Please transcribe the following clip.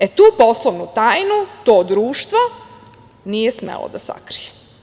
E, tu poslovnu tajnu to društvo nije smelo da sakrije.